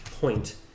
Point